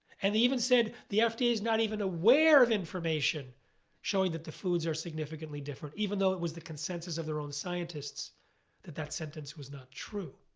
and even said the fda is not even aware of information showing that the foods are significantly different even though it was the consensus of their own scientists that that sentence was not true.